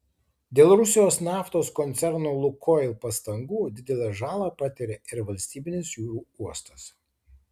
dėl rusijos naftos koncerno lukoil pastangų didelę žalą patiria ir valstybinis jūrų uostas